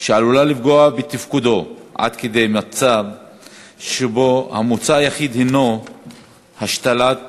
שעלולה לפגוע בתפקודו עד כדי מצב שבו המוצא היחיד הנו השתלת כבד.